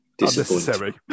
Unnecessary